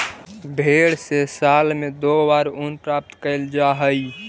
भेंड से साल में दो बार ऊन प्राप्त कैल जा हइ